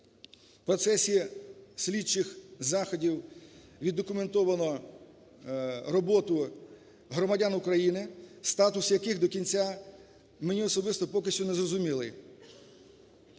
В процесі слідчих заходів віддокументовано роботу громадян України, статус яких до кінця мені особисто поки що не зрозумілий.